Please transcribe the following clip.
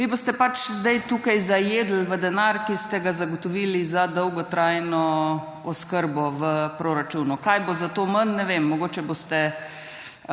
vi boste pač zdaj tukaj zajedli v denar, ki ste ga zagotovili za dolgotrajno oskrbo v proračunu. Kaj bo za to manj, ne vem. Mogoče boste